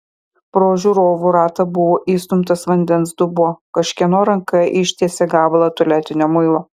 pro žiūrovų ratą buvo įstumtas vandens dubuo kažkieno ranka ištiesė gabalą tualetinio muilo